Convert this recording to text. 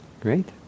Great